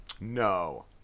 No